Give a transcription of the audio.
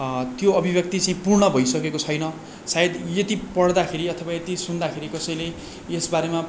त्यो अभिव्यक्ति चाहिँ पूर्ण भइसकेको छैन सायद यति पढदाखेरि अथवा यति सुन्दाखेरि कसैले यसबारेमा